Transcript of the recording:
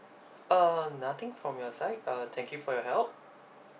uh nothing from your side uh thank you for your help